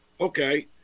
okay